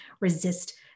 resist